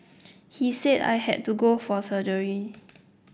he said I had to go for surgery